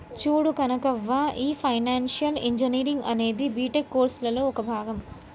చూడు కనకవ్వ, ఈ financial engineering అనేది బీటెక్ కోర్సులలో ఒక భాగం